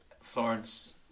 Florence